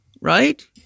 right